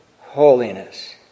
holiness